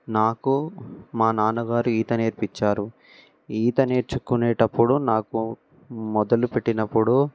నాకు మా నాన్నగారు ఈత నేర్పించారు ఈత నేర్చుకునేటప్పుడు నాకు మొదలు పెట్టినప్పుడు